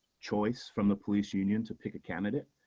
choice from the police union to pick a candidate.